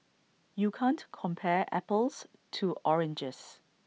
you can't compare apples to oranges